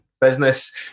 business